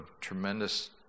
tremendous